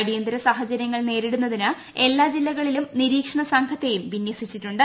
അടിയന്തര സാഹചര്യങ്ങൾ നേരിടുന്നതിന് എല്ലാ ജില്ലകളിലും നിരീക്ഷണ സംഘത്തേയും വിന്യസിച്ചിട്ടുണ്ട്